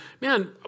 man